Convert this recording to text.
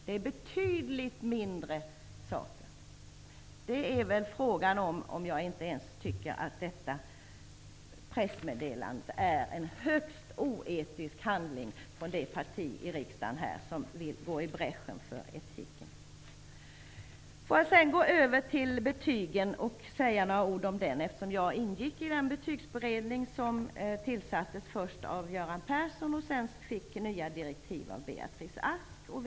Det är betydligt mindre saker. Det är fråga om jag inte tycker att detta pressmeddelande är en högst oetisk handling från det parti i riksdagen som vill gå i bräschen för etiken. Jag vill sedan gå över till frågan om betygen och säga några ord om dem. Jag ingick i den betygsberedning som först tillsattes av Göran Persson och sedan fick nya direktiv av Beatrice Ask.